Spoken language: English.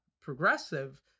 progressive